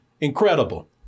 incredible